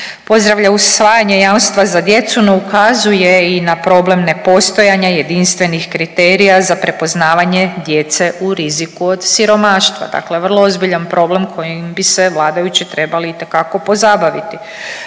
pozdravlja usvajanje jamstva za djecu, no ukazuje i na problem nepostojanja jedinstvenih kriterija za prepoznavanje djece u riziku od siromaštva, dakle vrlo ozbiljan problem kojim bi se vladajući trebali itekako pozabaviti.